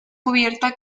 cubierta